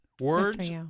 Words